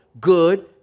good